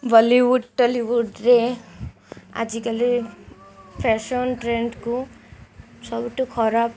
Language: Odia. ବଲିଉଡ଼ ଟଲିଉଡ଼ରେ ଆଜିକାଲି ଫ୍ୟାସନ୍ ଟ୍ରେଣ୍ଡକୁ ସବୁଠୁ ଖରାପ